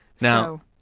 now